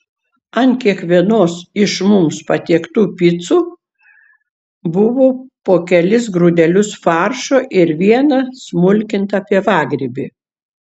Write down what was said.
ant kiekvienos iš mums patiektų picų buvo po kelis grūdelius faršo ir vieną smulkintą pievagrybį